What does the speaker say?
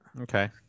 Okay